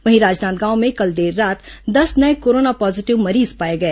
वहीं राजनांदगांव में कल देर रात दस नये कोरोना पॉजीटिव मरीज पाए गए